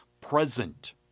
present